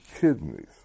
kidneys